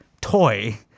toy